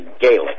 Gaelic